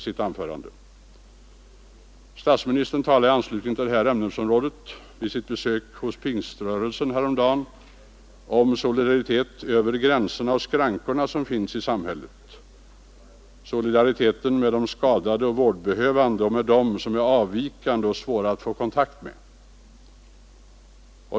Statsministern talade i anslutning till detta ämnesområde vid sitt besök hos Pingströrelsen häromdagen om solidaritet över gränserna och skrankorna som finns i samhället, solidaritet med de skadade och vårdbehövande och med dem som är avvikande och svåra att få kontakt med.